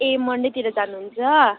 ए मन्डेतिर जानुहुन्छ